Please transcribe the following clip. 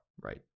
right